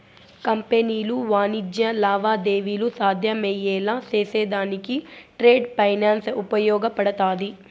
కంపెనీలు వాణిజ్య లావాదేవీలు సాధ్యమయ్యేలా చేసేదానికి ట్రేడ్ ఫైనాన్స్ ఉపయోగపడతాది